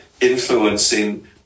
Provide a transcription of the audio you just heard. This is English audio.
influencing